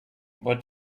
what